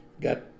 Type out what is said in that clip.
got